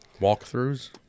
walkthroughs